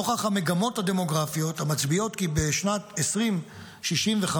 נוכח המגמות הדמוגרפיות המצביעות כי בשנת 2065,